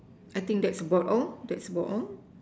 I think that's about all that's about all